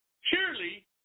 Surely